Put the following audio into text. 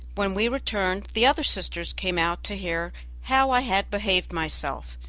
when we returned the other sisters came out to hear how i had behaved myself.